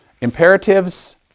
Imperatives